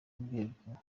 urwego